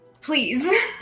please